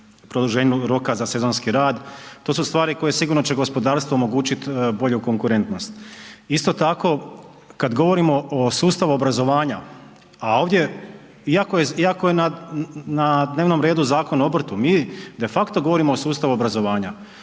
produženju roka za sezonski rad, to su stvari koje sigurno će gospodarstvu omogućiti bolju konkurentnost. Isto tako kad govorimo o sustavu obrazovanja a ovdje iako je na dnevnom redu Zakon o obrtu, mi de facto govorimo o sustavu obrazovanja,